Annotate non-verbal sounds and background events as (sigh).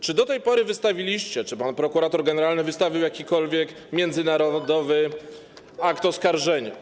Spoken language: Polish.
Czy do tej pory wystawiliście, czy pan prokurator generalny wystawił jakikolwiek międzynarodowy (noise) akt oskarżenia?